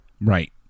Right